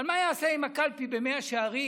אבל מה הוא יעשה עם הקלפי במאה שערים,